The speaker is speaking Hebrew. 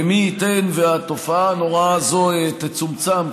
ומי ייתן והתופעה הנוראה הזאת תצומצם,